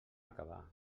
acabar